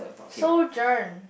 Sojourn